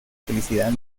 felicidad